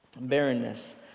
Barrenness